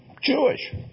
Jewish